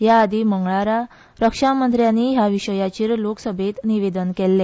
ह्या आदी मंगळारा रक्षामंत्र्यानी ह्या विषयाचेर लोकसभेंत निवेदन केल्ले